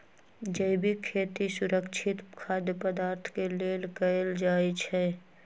जैविक खेती सुरक्षित खाद्य पदार्थ के लेल कएल जाई छई